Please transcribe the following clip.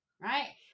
right